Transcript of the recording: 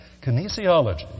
Kinesiology